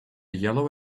yellow